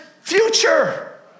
future